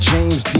James